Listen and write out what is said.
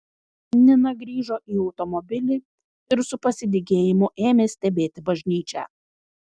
nina grįžo į automobilį ir su pasidygėjimu ėmė stebėti bažnyčią